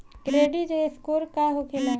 Credit score का होखेला?